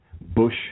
Bush